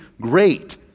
great